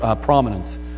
prominence